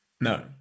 no